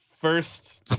First